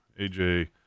AJ